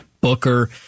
Booker